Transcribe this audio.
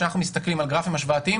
כשאנחנו מסתכלים על גרפים השוואתיים